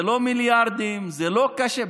זה לא מיליארדים, זה לא קשה.